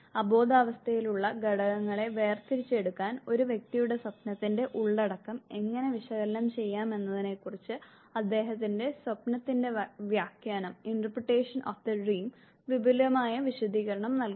അബോധാവസ്ഥയിലുള്ള ഘടകങ്ങളെ വേർതിരിച്ചെടുക്കാൻ ഒരു വ്യക്തിയുടെ സ്വപ്നത്തിന്റെ ഉള്ളടക്കം എങ്ങനെ വിശകലനം ചെയ്യാമെന്നതിനെക്കുറിച്ച് അദ്ദേഹത്തിന്റെ സ്വപ്നത്തിന്റെ വ്യാഖ്യാനം വിപുലമായ വിശദീകരണം നൽകുന്നു